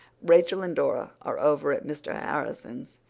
rachel and dora are over at mr. harrison's.